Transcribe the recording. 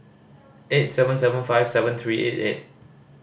eight seven seven five seven three eight eight